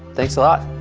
thanks a lot